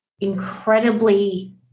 incredibly